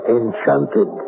enchanted